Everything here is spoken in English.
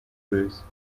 bruise